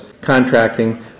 contracting